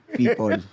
people